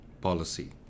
Policy